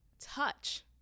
touch